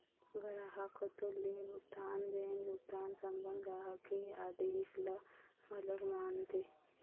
गराहक कोती ले भुगतान बेंक भुगतान संबंध ग्राहक के आदेस ल घलोक मानथे